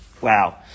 Wow